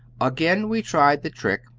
again we tried the trick,